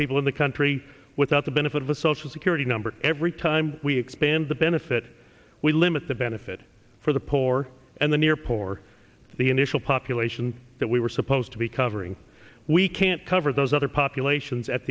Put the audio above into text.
people in the country without the benefit of a social security number every time we expand the benefit we limit the benefit for the poor and the near poor the initial population that we were supposed to be covering we can't cover those other populations at